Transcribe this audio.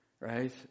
Right